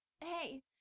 Hey